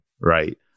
Right